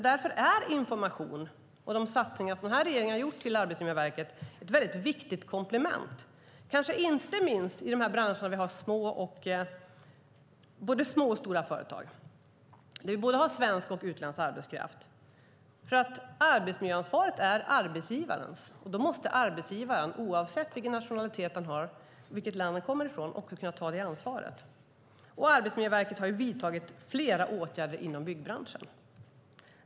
Därför är information och de satsningar som den här regeringen har gjort på Arbetsmiljöverket ett mycket viktigt komplement, kanske inte minst i de branscher där vi har både små och stora företag, både svensk och utländsk arbetskraft. Arbetsmiljöansvaret är arbetsgivarens, och då måste arbetsgivaren - oavsett vilken nationalitet han har och vilket land han kommer från - också kunna ta det ansvaret. Arbetsmiljöverket har vidtagit flera åtgärder inom byggbranschen.